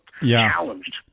challenged